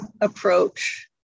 approach